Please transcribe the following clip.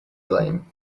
blame